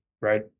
right